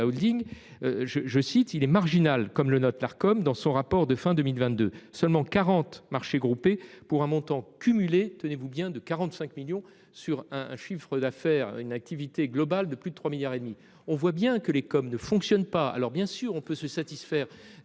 Holding. Je je cite il est marginal, comme le note l'Arcom dans son rapport de fin 2022, seulement 40 marcher groupées pour un montant cumulé, tenez-vous bien, de 45 millions sur un chiffre d'affaires, une activité globale de plus de 3 milliards et demi, on voit bien que les comme ne fonctionne pas. Alors bien sûr on peut se satisfaire